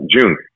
June